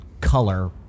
color